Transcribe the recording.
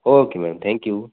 okay ma'am thank you